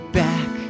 back